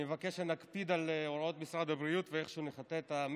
אני מבקש שנקפיד על הוראות משרד הבריאות ואיכשהו נחטא את המיקרופון,